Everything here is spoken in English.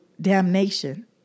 damnation